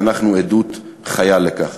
ואנחנו עדות חיה לכך.